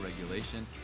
regulation